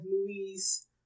movies